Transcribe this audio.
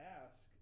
ask